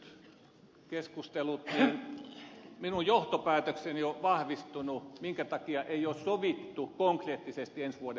kuunneltuani nyt keskustelut minun johtopäätökseni on vahvistunut minkä takia ei ole sovittu konkreettisesti ensi vuoden asioista